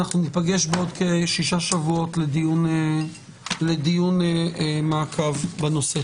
אנחנו ניפגש בעוד שישה שבועות לדיון מעקב בנושא.